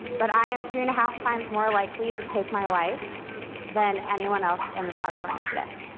but i am three and a half times more likely to take my life than anyone else in this auditorium today.